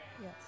Yes